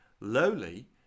lowly